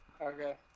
Okay